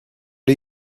are